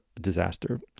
disaster